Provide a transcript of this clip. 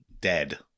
dead